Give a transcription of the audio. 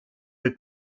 the